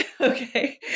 Okay